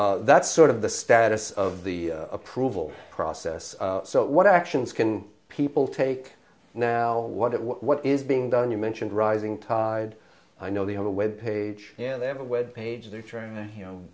o that's sort of the status of the approval process so what actions can people take now what it what what is being done you mentioned rising tide i know they have a web page and they have a web page they're trying to